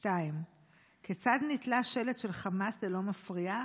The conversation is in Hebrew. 2. כיצד נתלה שלט של חמאס ללא מפריע?